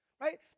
right